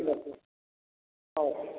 ଠିକ୍ ଅଛି ହେଉ